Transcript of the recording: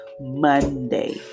Monday